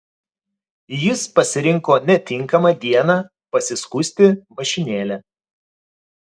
jis pasirinko netinkamą dieną pasiskųsti mašinėle